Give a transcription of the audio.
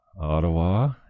ottawa